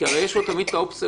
לו תמיד האופציה